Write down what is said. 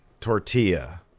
tortilla